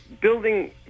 Building